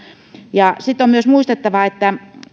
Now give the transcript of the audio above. sitten on myös muistettava että